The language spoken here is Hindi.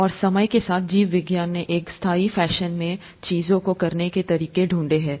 और समय के साथ जीवविज्ञान ने एक स्थायी फैशन में चीजों को करने के तरीके ढूंढे हैं